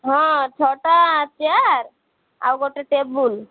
ହଁ ଛଅଟା ଚେୟାର୍ ଆଉ ଗୋଟେ ଟେବୁଲ୍